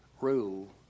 rule